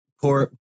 poor